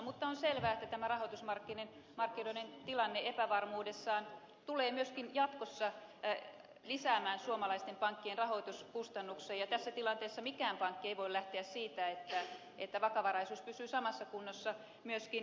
mutta on selvää että tämä rahoitusmarkkinoiden tilanne epävarmuudessaan tulee myöskin jatkossa lisäämään suomalaisten pankkien rahoituskustannuksia ja tässä tilanteessa mikään pankki ei voi lähteä siitä että vakavaraisuus pysyy samassa kunnossa myöskin jatkossa